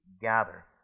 gather